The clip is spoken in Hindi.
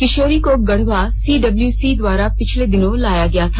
किशोरी को गढ़वा सीडब्लूसी द्वारा पिछले दिनों लाया गया था